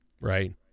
Right